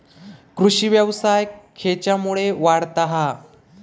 कृषीव्यवसाय खेच्यामुळे वाढता हा?